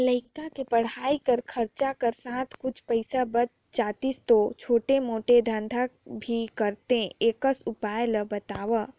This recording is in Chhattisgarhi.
लइका के पढ़ाई कर खरचा कर साथ कुछ पईसा बाच जातिस तो छोटे मोटे धंधा भी करते एकस उपाय ला बताव?